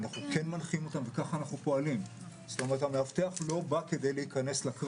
הוא לא ייכנס,